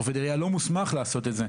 עובד עירייה לא מוסמך לעשות את זה.